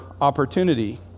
opportunity